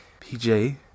PJ